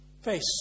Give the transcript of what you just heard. face